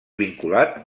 vinculat